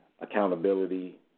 accountability